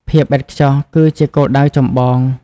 ភាពឥតខ្ចោះគឺជាគោលដៅចម្បង។